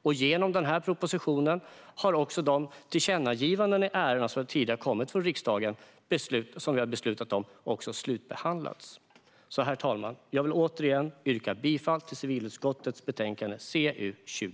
detta. Genom denna proposition har tillkännagivandena i de ärenden som riksdagen tidigare beslutat om slutbehandlats. Herr talman! Jag vill återigen yrka bifall till civilutskottets förslag.